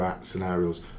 scenarios